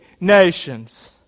nations